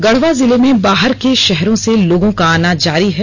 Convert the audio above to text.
गढ़वा जिले में बाहर के शहरों से लोगों का आना जारी है